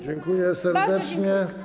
Dziękuję serdecznie.